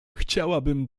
chciałabym